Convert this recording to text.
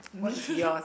what is yours